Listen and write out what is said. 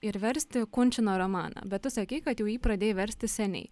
ir versti kunčino romaną bet tu sakei kad jau jį pradėjai versti seniai